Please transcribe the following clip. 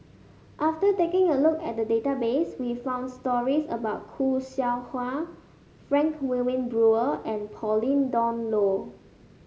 after taking a look at the database we found stories about Khoo Seow Hwa Frank Wilmin Brewer and Pauline Dawn Loh